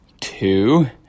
two